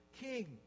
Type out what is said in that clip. king